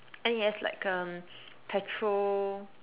and it has like a petrol